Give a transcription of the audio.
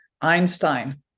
Einstein